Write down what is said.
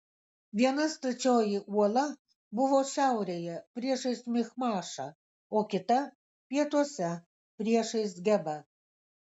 viena stačioji uola buvo šiaurėje priešais michmašą o kita pietuose priešais gebą